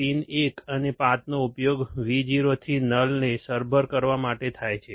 pin 1 અને 5 નો ઉપયોગ Vo થી null ને સરભર કરવા માટે થાય છે